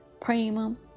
Premium